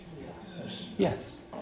Yes